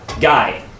guy